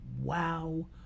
wow